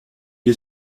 est